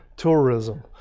Tourism